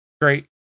Great